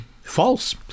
false